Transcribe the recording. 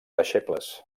deixebles